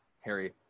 Harry